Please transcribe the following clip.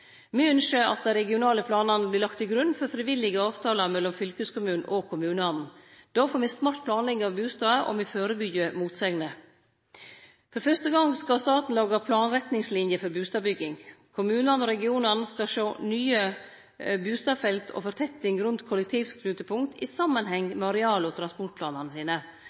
Me ynskjer at dei regionale planane blir lagde til grunn for frivillige avtalar mellom fylkeskommunen og kommunane. Då får me smart planlegging av bustader og me førebyggjer motsegner. For fyrste gong skal staten lage planretningsliner for bustadbygging. Kommunane og regionane skal sjå nye bustadfelt og fortetting rundt kollektivknutepunkt i samanheng med areal- og transportplanane sine.